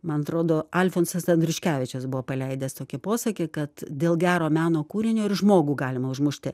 man atrodo alfonsas andriuškevičius buvo paleidęs tokį posakį kad dėl gero meno kūrinio ir žmogų galima užmušti